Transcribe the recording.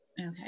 Okay